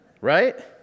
Right